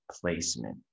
placement